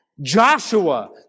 Joshua